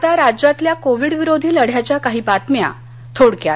आता राज्यातल्या कोविड विरोधी लढयाच्या काही बातम्या थोडक्यात